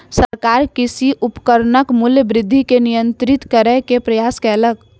सरकार कृषि उपकरणक मूल्य वृद्धि के नियंत्रित करै के प्रयास कयलक